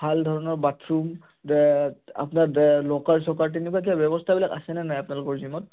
ভাল ধৰণৰ বাথৰুম আপোনাৰ লকাৰ চকাৰ তেনেকুৱা কিবা ব্যৱস্থাবিলাক আছেনে নাই আপোনালোকৰ জিমত